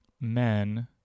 men